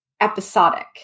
episodic